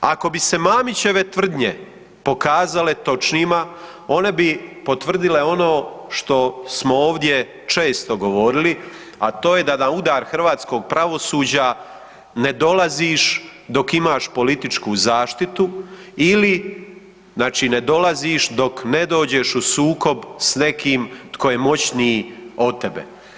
Ako bi se Mamićeve tvrdnje pokazale točnima, one bi potvrdile ono što smo ovdje često govorili, a to je da na udar hrvatskog pravosuđa ne dolaziš dok imaš političku zaštitu ili znači ne dolaziš dok ne dođeš u sukob s nekim tko je moćniji od tebe.